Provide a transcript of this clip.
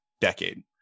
decade